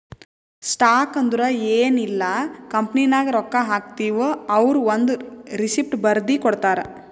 stock ಅಂದುರ್ ಎನ್ ಇಲ್ಲ ಕಂಪನಿನಾಗ್ ರೊಕ್ಕಾ ಹಾಕ್ತಿವ್ ಅವ್ರು ಒಂದ್ ರೆಸಿಪ್ಟ್ ಬರ್ದಿ ಕೊಡ್ತಾರ್